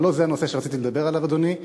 אבל לא זה הנושא שרציתי לדבר עליו, אדוני.